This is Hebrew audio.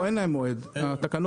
אין להן מועד פקיעה.